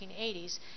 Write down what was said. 1980s